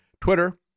Twitter